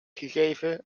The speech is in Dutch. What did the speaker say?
gegeven